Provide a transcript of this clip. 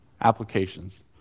applications